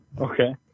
Okay